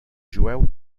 jueu